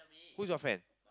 who's your friend